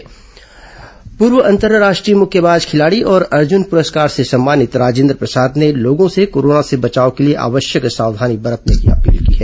corona जागरूकता पूर्व अंतर्राष्ट्रीय मुक्केबाज खिलाड़ी और अर्जुन पुरस्कार से सम्मानित राजेन्द्र प्रसाद ने लोगों से कोरोना से बचाव के लिए आवश्यक सावधानी बरतने की अपील की है